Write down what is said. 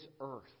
earth